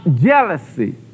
jealousy